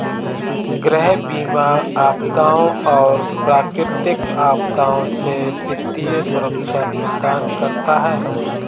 गृह बीमा आपदाओं और प्राकृतिक आपदाओं से वित्तीय सुरक्षा प्रदान करता है